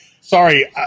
Sorry